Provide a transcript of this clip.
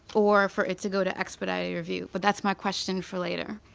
or for it to go to expediter review. but that's my question for later.